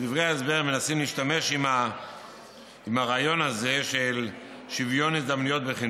בדברי ההסבר מנסים להשתמש ברעיון הזה של שוויון הזדמנויות בחינוך.